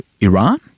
Iran